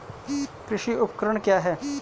कृषि उपकरण क्या है?